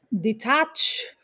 detach